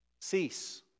cease